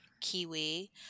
kiwi